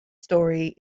story